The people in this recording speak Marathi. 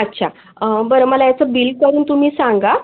अच्छा बरं मला याचं बिल करून तुम्ही सांगा